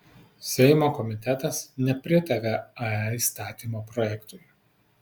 seimo komitetas nepritarė ae įstatymo projektui